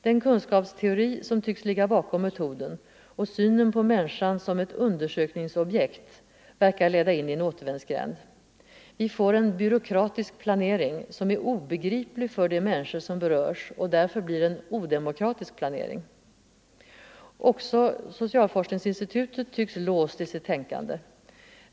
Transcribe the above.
Den kunskapsteori som tycks ligga bakom metoden och synen på människan som ett undersökningsobjekt verkar leda in i en återvändsgränd. Vi får en byråkratisk planering, som är obegriplig för de människor som berörs och därför blir en odemokratisk planering. Också socialforskningsinstitutet tycks låst i sitt tänkande.